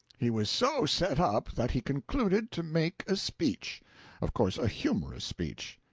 he was so set up that he concluded to make a speech of course a humorous speech.